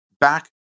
back